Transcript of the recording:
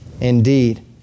indeed